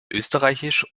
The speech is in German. österreich